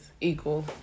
equal